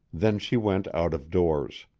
then she went out of doors.